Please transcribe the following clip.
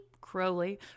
Crowley